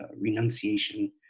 renunciation